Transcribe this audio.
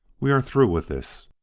we are through with this.